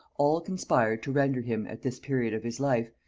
all conspired to render him, at this period of his life,